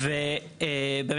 גג.